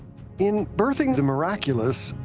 in birthing the miraculous,